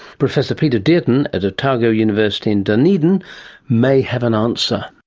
professor peter dearden at otago university in dunedin may have an answer.